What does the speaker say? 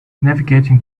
navigating